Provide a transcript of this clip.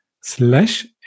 slash